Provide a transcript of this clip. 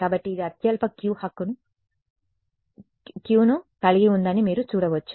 కాబట్టి ఇది అత్యల్ప Q ను కలిగి ఉందని మీరు చూడవచ్చు